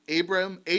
Abram